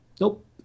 nope